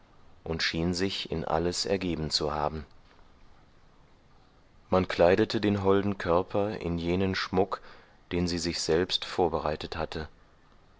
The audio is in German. und schien sich in alles ergeben zu haben man kleidete den holden körper in jenen schmuck den sie sich selbst vorbereitet hatte